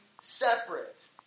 separate